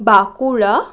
Bankura